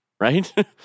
right